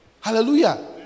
Hallelujah